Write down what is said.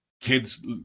kids